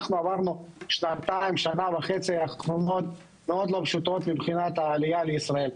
השנה וחצי-שנתיים האחרונות היו מאוד לא פשוטות מבחינת העלייה לישראל.